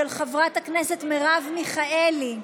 של חברת הכנסת מרב מיכאלי.